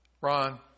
Ron